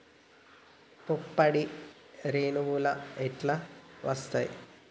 పుప్పొడి రేణువులు ఎట్లా వత్తయ్?